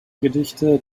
gedichte